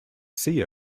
sea